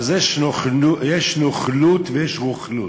אז יש נוכלות ויש רוכלות.